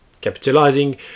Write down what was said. capitalizing